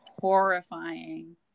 horrifying